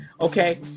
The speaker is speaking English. Okay